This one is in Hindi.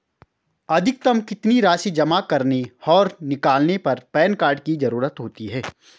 अधिकतम कितनी राशि जमा करने और निकालने पर पैन कार्ड की ज़रूरत होती है?